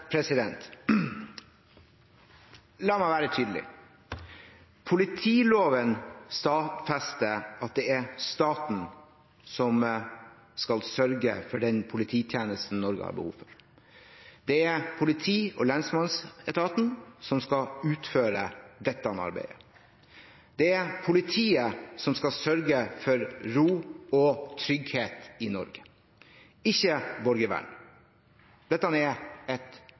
La meg være tydelig: Politiloven stadfester at det er staten som skal sørge for den polititjenesten Norge har behov for. Det er politi- og lensmannsetaten som skal utføre dette arbeidet. Det er politiet som skal sørge for ro og trygghet i Norge, ikke borgervern. Dette er et